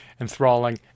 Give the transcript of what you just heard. enthralling